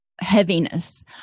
heaviness